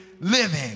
living